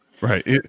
Right